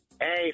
Hey